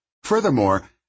Furthermore